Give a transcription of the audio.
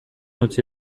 utzi